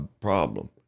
problem